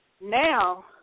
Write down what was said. now